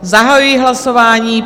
Zahajuji hlasování.